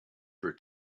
for